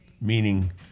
meaning